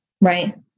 Right